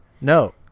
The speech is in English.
No